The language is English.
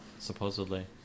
supposedly